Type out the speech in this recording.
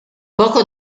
poco